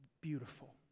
beautiful